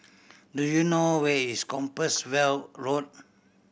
do you know where is Compassvale Road